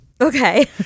Okay